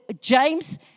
James